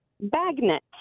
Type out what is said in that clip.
Bagnet